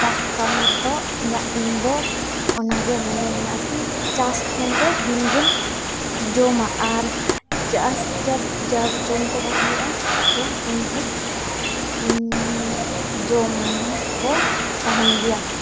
ᱪᱟᱥ ᱠᱟᱹᱢᱤᱨᱮᱫᱚ ᱤᱧᱟᱹᱜ ᱤᱧᱫᱚ ᱚᱱᱟᱜᱮ ᱢᱚᱱᱮ ᱢᱮᱱᱟᱜᱼᱟ ᱠᱤ ᱪᱟᱥ ᱠᱷᱟᱱᱮᱢᱫᱚ ᱫᱤᱱᱜᱮᱢ ᱡᱚᱢᱟ ᱟᱨ ᱪᱟᱥ ᱡᱚᱵᱽ ᱡᱚᱵᱽ ᱡᱚᱢᱠᱚ ᱵᱟᱭ ᱦᱩᱭᱩᱜᱼᱟ ᱛᱳ ᱩᱱ ᱡᱚᱦᱚᱜ ᱡᱚᱢᱠᱚ ᱛᱟᱦᱮᱱ ᱜᱮᱭᱟ